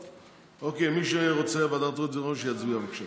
אוקיי, מי שרוצה ועדת חוץ וביטחון שיצביע, בבקשה.